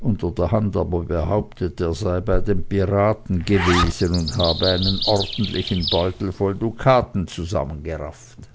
unterderhand aber behauptet er sei bei den piraten gewesen und habe einen ordentlichen beutel voll dukaten zusammengerafft